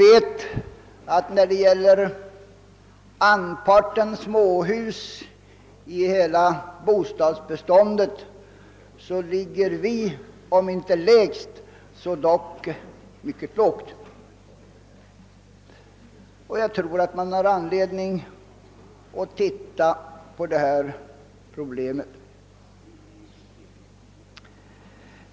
När det gäller andelen småhus i hela bostadsbeståndet ligger vi här i landet om inte lägst så dock mycket lågt. Jag tror att man har anledning att skärskåda detta problem.